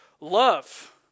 love